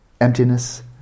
Emptiness